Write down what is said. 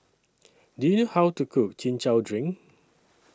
Do YOU know How to Cook Chin Chow Drink